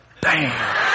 Bam